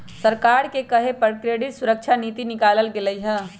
सरकारे के कहे पर क्रेडिट सुरक्षा नीति निकालल गेलई ह